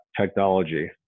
technology